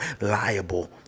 liable